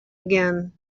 again